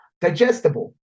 digestible